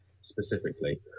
specifically